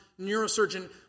neurosurgeon